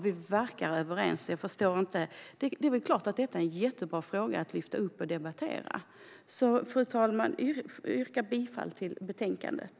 Vi verkar vara överens. Det är väl klart att det är en mycket bra fråga att lyfta upp och debattera. Fru talman! Jag yrkar bifall till förslaget i betänkandet.